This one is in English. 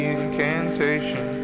incantation